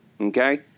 okay